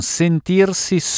sentirsi